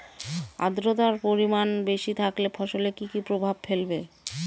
আদ্রর্তার পরিমান বেশি থাকলে ফসলে কি কি প্রভাব ফেলবে?